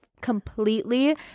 completely